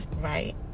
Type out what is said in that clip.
right